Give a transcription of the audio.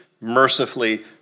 mercifully